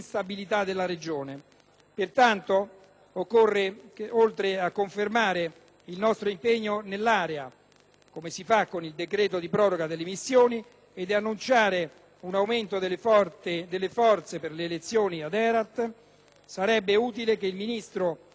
Pertanto, oltre che confermare il nostro impegno nell'area, come si fa con il decreto-legge di proroga delle missioni, ed annunciare un aumento delle forze per le elezioni ad Herat, sarebbe utile che il Ministro venisse in Aula